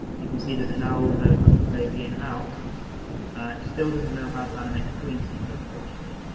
you can see that it now knows how to play the in and out, it still doesn't know how to animate between scenes there unfortunately.